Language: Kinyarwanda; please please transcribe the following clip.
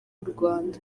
rwanda